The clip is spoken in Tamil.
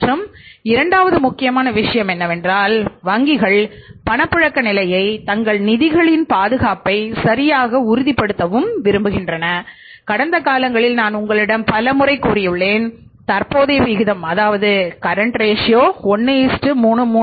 மற்றும் இரண்டாவது முக்கியமான விஷயம் என்னவென்றால் வங்கிகள் பணப்புழக்க நிலையை தங்கள் நிதிகளின் பாதுகாப்பை சரியாக உறுதிப்படுத்த விரும்புகின்றன கடந்த காலங்களில் நான் உங்களிடம் பலமுறை கூறியுள்ளேன் தற்போதைய விகிதம் 1